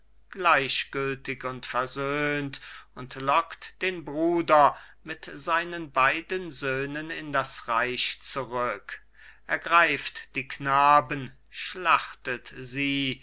gleichgültig und versöhnt und lockt den bruder mit seinen beiden söhnen in das reich zurück ergreift die knaben schlachtet sie